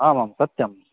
आमां सत्यं